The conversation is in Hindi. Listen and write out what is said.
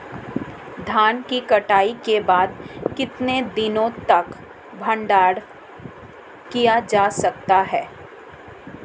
धान की कटाई के बाद कितने दिनों तक भंडारित किया जा सकता है?